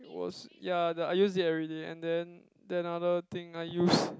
was ya the I use it everyday and then then other thing I use